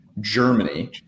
Germany